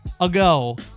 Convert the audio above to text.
ago